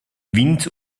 wind